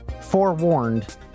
forewarned